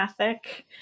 ethic